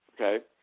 Okay